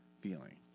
feeling